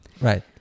Right